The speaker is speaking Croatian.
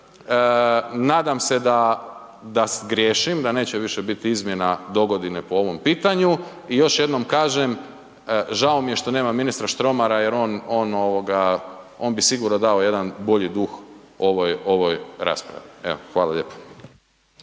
Nadam se da griješim, da neće više bit izmjena dogodine po ovom pitanju i još jednom kažem, žao mi je što nema ministra Štromara jer on bi sigurno dao jedan bolji duh ovoj raspravi. Evo hvala lijepo.